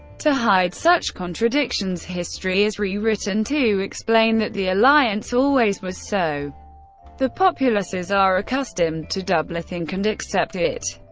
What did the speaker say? to hide such contradictions, history is rewritten to explain that the alliance always was so the populaces are accustomed to doublethink and accept it.